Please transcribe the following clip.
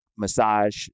Massage